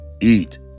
eat